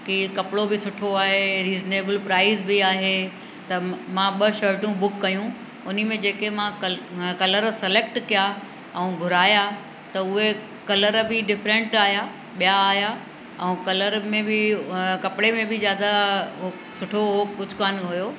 केर कपिड़ो बि सुठो आहे रीज़नेबल प्राइज़ बि आहे त मां ॿ शर्टूं बुक कयूं उन में जेके मां कल कलर सलेक्ट कयां ऐं घुरायां त उहे कलर बि डिफ्रेंट आहियां ॿियां आहियां ऐं कलर में बि कपिड़े में बि ज़्यादाइ सुठो उहो कुझु कोन हुओ